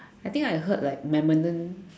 I think I heard like momentum